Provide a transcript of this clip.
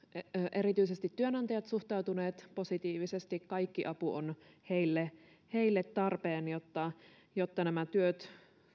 erityisesti työnantajat suhtautuneet positiivisesti kaikki apu on heille heille tarpeen jotta nämä työt